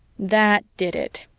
that did it.